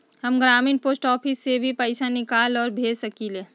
हम ग्रामीण post office से भी पैसा निकाल और भेज सकेली?